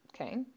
Okay